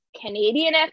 Canadian